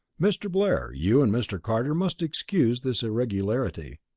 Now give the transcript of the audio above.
mr. blair, you and mr. carter must excuse this irregularity.